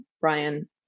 Brian